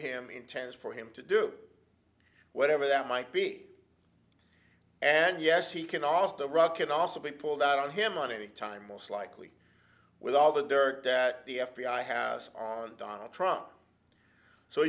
him intends for him to do whatever that might be and yes he can also rock can also be pulled out on him on any time most likely with all the dirt that the f b i has on donald trump so